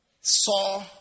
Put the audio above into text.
saw